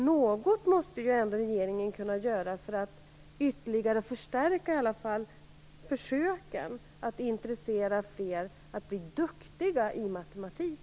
Något måste väl ändå regeringen kunna göra för att ytterligare förstärka försöken att intressera fler att bli duktiga i matematik.